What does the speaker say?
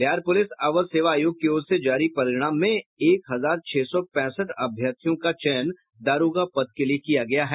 Bihar police अवर सेवा आयोग की ओर से जारी परिणाम में एक हजार छह सौ पैंसठ अभ्यर्थियों का चयन दारोगा पद के लिये किया गया है